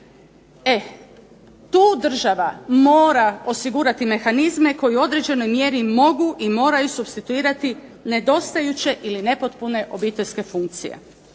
tu država mora osigurati mehanizme koje u određenoj mjeri mogu i moraju supstituirati nedostajuće ili nepotpune obiteljske funkcije.